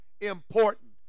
important